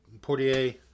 Portier